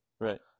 Right